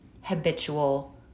habitual